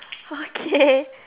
okay